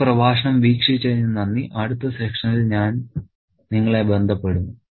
ഈ പ്രഭാഷണം വീക്ഷിച്ചതിന് നന്ദി അടുത്ത സെഷനിൽ ഞാൻ നിങ്ങളെ ബന്ധപ്പെടും